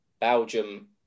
Belgium